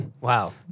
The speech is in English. Wow